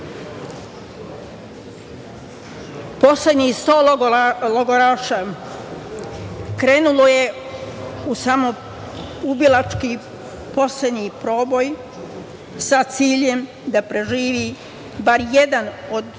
odlučuju. Poslednjih 100 logoraša krenulo je u samoubilački poslednji proboj sa ciljem da preživi, samo jedan da